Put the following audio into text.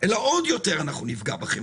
אלא עוד יותר אנחנו נפגע בכם.